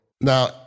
Now